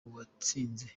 uwatsinze